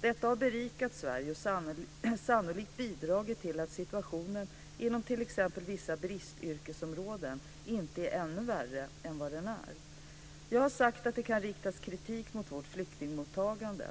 Detta har berikat Sverige och sannolikt bidragit till att situationen inom t.ex. vissa bristyrkesområden inte är ännu värre än den är. Jag har sagt att det kan riktas kritik mot vårt flyktingmottagande.